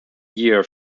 year